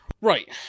Right